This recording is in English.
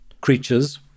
creatures